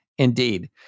Indeed